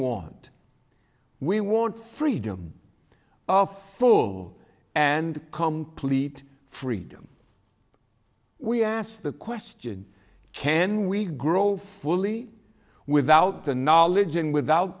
want we want freedom of full and complete freedom we asked the question can we grow fully without the knowledge and without